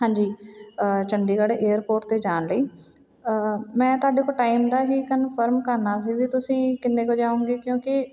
ਹਾਂਜੀ ਚੰਡੀਗੜ੍ਹ ਏਅਰਪੋਰਟ 'ਤੇ ਜਾਣ ਲਈ ਮੈਂ ਤੁਹਾਡੇ ਕੋਲ ਟਾਈਮ ਦਾ ਹੀ ਕਨਫਰਮ ਕਰਨਾ ਸੀ ਵੀ ਤੁਸੀਂ ਕਿੰਨੇ ਵਜੇ ਆਉਂਗੇ ਕਿਉਂਕਿ